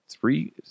three